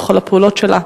בכל הפעולות שלה,